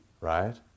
right